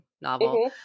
novel